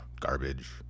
garbage